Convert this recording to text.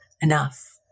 enough